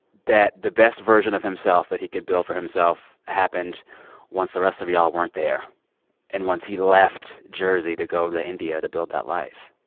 that the best version of himself that he could build for himself happened once the rest of y'all weren't there and once he left jersey to go to india to build that life?